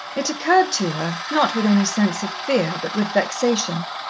it occurred to her, not with any sense of fear, but with vexation,